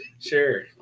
Sure